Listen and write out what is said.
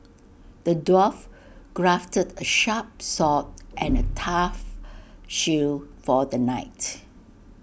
the dwarf crafted A sharp sword and A tough shield for the knight